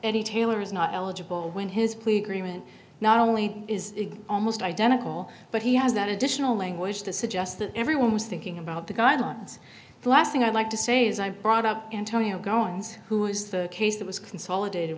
any taylor is not eligible when his plea agreement not only is almost identical but he has that additional language to suggest that everyone was thinking about the guidelines the last thing i'd like to say is i brought up antonio goings who is the case that was consolidated